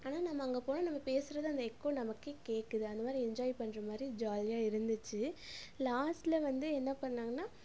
ஆனால் நம்ம அங்கே போனால் நம்ம பேசுவது அந்த எக்கோ நமக்கு கேட்குது அந்த மாதிரி என்ஜாய் பண்ணுற மாதிரி ஜாலியாக இருந்துச்சு லாஸ்டில் வந்து என்ன பண்ணாங்கன்னால்